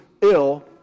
ill